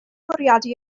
bwriadu